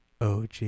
OG